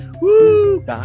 Woo